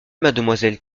mademoiselle